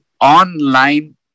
online